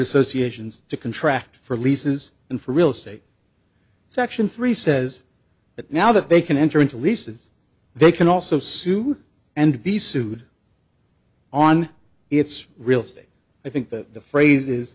associations to contract for leases and for real estate section three says that now that they can enter into leases they can also sue and be sued on its real estate i think that the phrase is